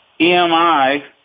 EMI